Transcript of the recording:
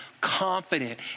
confident